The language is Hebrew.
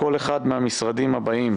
לכל אחד מהמשרדים הבאים: